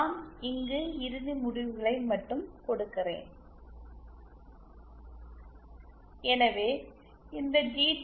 நான் இங்கு இறுதி முடிவுகளை மட்டும் கொடுக்கிறேன் எனவே இந்த ஜி